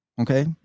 Okay